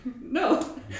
no